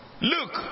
Look